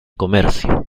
comercio